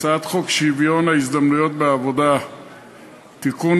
הצעת חוק שוויון ההזדמנויות בעבודה (תיקון,